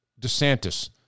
DeSantis